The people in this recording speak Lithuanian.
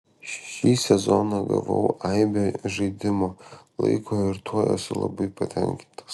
šį sezoną gavau aibę žaidimo laiko ir tuo esu labai patenkintas